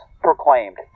proclaimed